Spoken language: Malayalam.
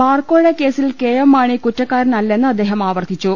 ബാർകോഴ കേസിൽ കെഎം മാണി കുറ്റക്കാരനല്ലെന്ന് അദ്ദേഹം ആവർത്തിച്ചു